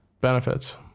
Benefits